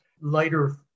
lighter